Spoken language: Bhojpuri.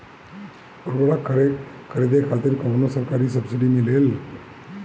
उर्वरक खरीदे खातिर कउनो सरकारी सब्सीडी मिलेल?